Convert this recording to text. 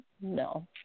No